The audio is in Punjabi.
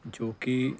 ਜੋ ਕਿ